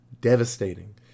devastating